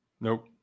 Nope